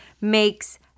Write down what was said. makes